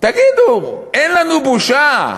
תגידו, אין לנו בושה?